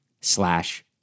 slash